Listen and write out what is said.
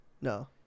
No